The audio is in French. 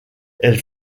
elle